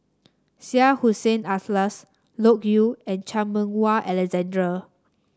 Syed Hussein Alatas Loke Yew and Chan Meng Wah Alexander